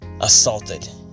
assaulted